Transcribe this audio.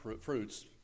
fruits